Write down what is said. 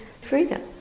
freedom